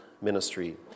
ministry